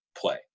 play